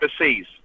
overseas